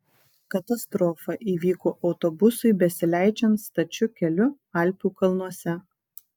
katastrofa įvyko autobusui besileidžiant stačiu keliu alpių kalnuose